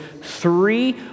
three